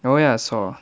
oh ya I saw